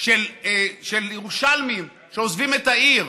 של ירושלמים שעוזבים את העיר.